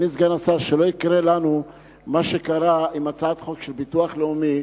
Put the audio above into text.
שלא יקרה לנו מה שקרה עם הצעת חוק הביטוח הלאומי,